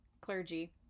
clergy